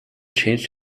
changed